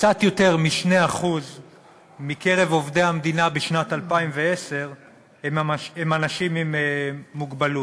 קצת יותר מ-2% מקרב עובדי המדינה בשנת 2010 הם אנשים עם מוגבלות.